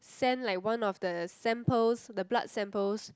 send like one of the samples the blood samples